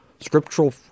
Scriptural